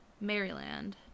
Maryland